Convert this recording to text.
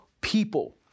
people